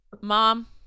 Mom